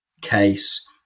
case